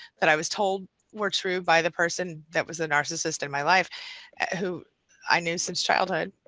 that i was told were true by the person that was the narcissist in my life who i knew since childhood,